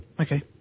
Okay